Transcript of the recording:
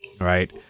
Right